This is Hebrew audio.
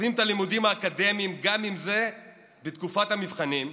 עוזבים את הלימודים האקדמיים גם אם זה בתקופת המבחנים,